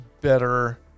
better